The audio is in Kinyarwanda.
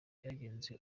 byagenze